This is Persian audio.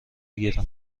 گیرم